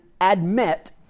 admit